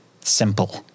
simple